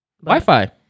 Wi-Fi